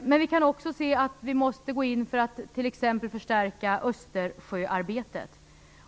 Men vi kan också se att vi måste gå in för att t.ex. förstärka Östersjöarbetet.